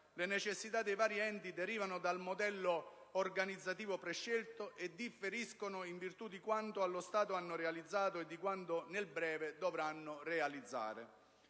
le necessità dei vari enti derivano dal modello organizzativo prescelto e differiscono in virtù di quanto allo stato hanno realizzato e di quanto nel breve dovranno realizzare.